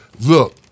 look